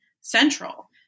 central